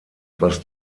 was